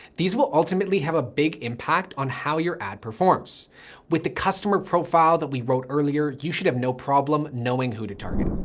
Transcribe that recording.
these will ultimately have a big impact on how your ad performs with the customer profile that we wrote earlier, you should have no problem knowing who to target.